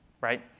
right